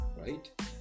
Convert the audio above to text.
Right